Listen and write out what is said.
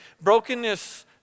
Brokenness